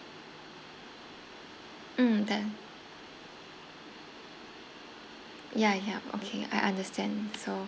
um then yeah yeah okay I understand so